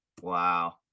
wow